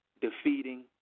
defeating